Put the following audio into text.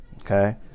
Okay